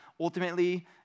ultimately